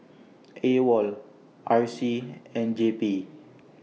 AWOL R C and J P